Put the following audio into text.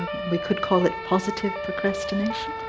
ah we could call it positive procrastination.